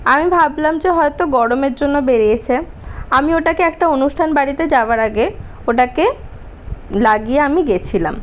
আমি ভাবলাম যে হয়তো গরমের জন্য বেড়িয়েছে আমি ওটাকে একটা অনুষ্ঠান বাড়িতে যাবার আগে ওটাকে লাগিয়ে আমি গেছিলাম